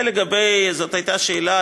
זו הייתה שאלה,